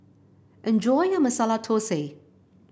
enjoy your Masala Thosai